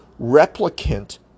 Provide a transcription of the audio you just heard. replicant